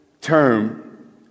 term